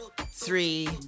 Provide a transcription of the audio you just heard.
three